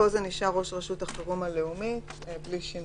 ופה זה נשאר ראש רשות חירום לאומית, בלי שינוי.